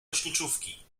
leśniczówki